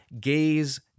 gaze